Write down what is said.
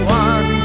one